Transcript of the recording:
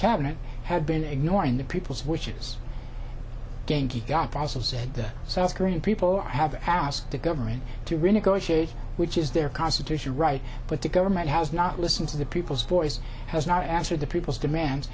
cabinet had been ignoring the people's wishes guy process said the south korean people have asked the government to renegotiate which is their constitutional right but the government has not listened to the people's voice has not answered the people's demand